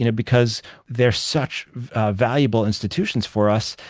you know because they're such valuable institutions for us,